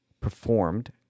performed